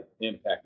impact